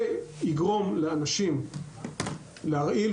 זה יגרום לאנשים להרעיל,